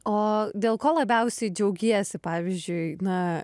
o dėl ko labiausiai džiaugiesi pavyzdžiui na